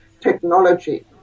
technology